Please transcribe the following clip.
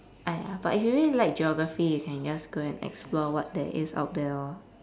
!aiya! but if you really like geography you can just go and explore what there is out there lor